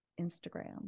Instagram